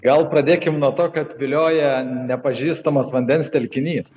gal pradėkim nuo to kad vilioja nepažįstamas vandens telkinys